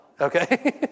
Okay